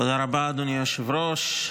תודה רבה, אדוני היושב-ראש.